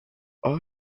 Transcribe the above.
are